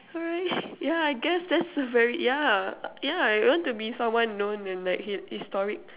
alright yeah I guess that's a very yeah yeah I want to be someone known and like historic